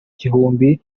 gihumbi